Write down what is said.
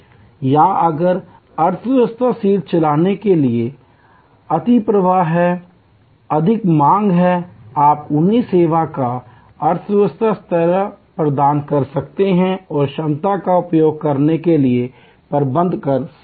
या अगर अब अर्थव्यवस्था सीट चलाने के लिए अतिप्रवाह है अधिक मांग हैआप उन्हें सेवा का अर्थव्यवस्था स्तर प्रदान कर सकते हैं और क्षमता का उपयोग करने के लिए प्रबंधन कर सकते हैं